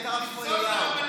ואת הרב שמואל אליהו.